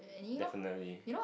definitely